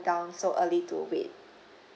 down so early to wait